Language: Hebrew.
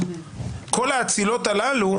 כל האצילות הללו,